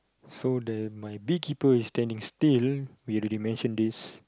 so there might bee keepers standing still we already mention this